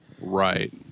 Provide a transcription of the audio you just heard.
Right